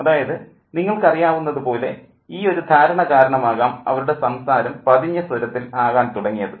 അതായത് നിങ്ങൾക്കറിയാവുന്നതു പോലെ ഈ ഒരു ധാരണ കാരണമാകാം അവരുടെ സംസാരം പതിഞ്ഞ സ്വരത്തിൽ ആകാൻ തുടങ്ങിയത്